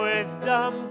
Wisdom